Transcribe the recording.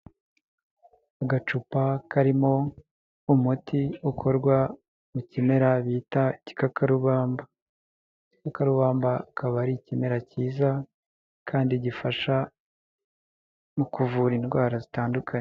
Agacupa karimo umuti ukorwa mu kimera bita igikakarubamba. Igikakarubamba akaba ari ikimera cyiza kandi gifasha mu kuvura indwara zitandukanye.